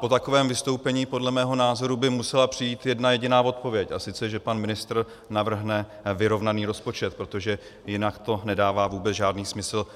Po takovém vystoupení podle mého názoru by musela přijít jedna jediná odpověď, a sice že pan ministr navrhne vyrovnaný rozpočet, protože jinak to nedává vůbec žádný smysl,